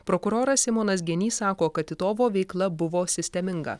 prokuroras simonas genys sako kad titovo veikla buvo sisteminga